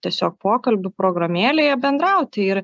tiesiog pokalbių programėlėje bendrauti ir